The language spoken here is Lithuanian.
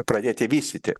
pradėti vystyti